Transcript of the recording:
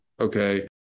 Okay